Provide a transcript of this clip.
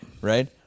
Right